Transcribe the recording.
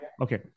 Okay